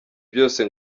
byose